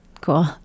Cool